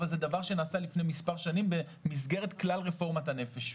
אבל זה דבר שנעשה לפני מספר שנים במסגרת כלל רפורמת הנפש.